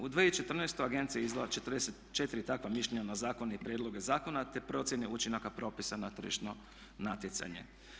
U 2014.agencija je izdala 44 takva mišljenja na zakone i prijedloge zakona te procjene učinaka propisa na tržišno natjecanje.